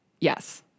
yes